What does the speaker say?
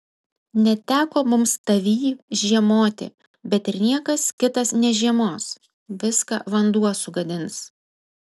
neteko mums tavyj žiemoti bet ir niekas kitas nežiemos viską vanduo sugadins